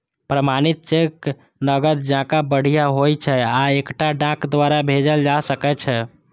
प्रमाणित चेक नकद जकां बढ़िया होइ छै आ एकरा डाक द्वारा भेजल जा सकै छै